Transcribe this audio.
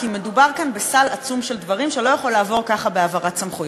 כי מדובר כאן בסל עצום של דברים שלא יכול לעבור ככה בהעברת סמכויות.